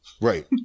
Right